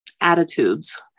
attitudes